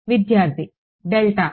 విద్యార్థి డెల్టా